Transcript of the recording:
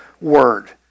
Word